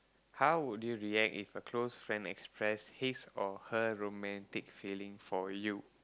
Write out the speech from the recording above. how would you react if a close friend expressed his or her romantic feeling for you